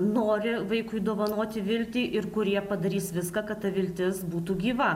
nori vaikui dovanoti viltį ir kurie padarys viską kad ta viltis būtų gyva